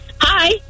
Hi